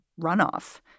runoff